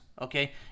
okay